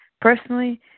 Personally